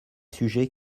sujets